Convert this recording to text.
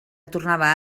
tornava